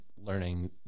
learning